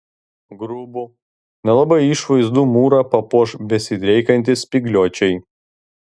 grubų nelabai išvaizdų mūrą papuoš besidriekiantys spygliuočiai